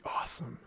awesome